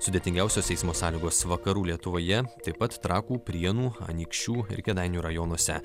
sudėtingiausios eismo sąlygos vakarų lietuvoje taip pat trakų prienų anykščių ir kėdainių rajonuose